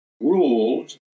ruled